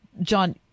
John